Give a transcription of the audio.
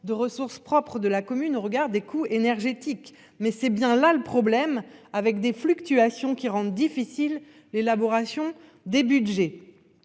de ressources propres de la commune au regard des coûts énergétiques mais c'est bien là le problème avec des fluctuations qui rendent difficile l'élaboration des Budgets